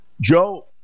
Joe